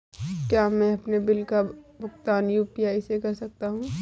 क्या मैं अपने बिल का भुगतान यू.पी.आई से कर सकता हूँ?